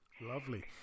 Lovely